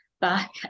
Back